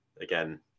again